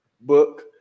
Book